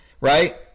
right